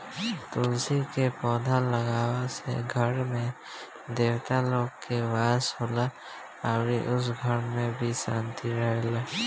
तुलसी के पौधा लागावला से घर में देवता लोग के वास होला अउरी घर में भी शांति रहेला